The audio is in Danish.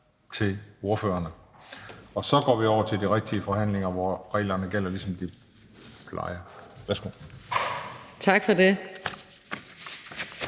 til ordførerne. Og så går vi over til selve forhandlingen, hvor reglerne er, ligesom de plejer at være.